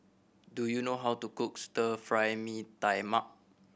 do you know how to cook Stir Fry Mee Tai Mak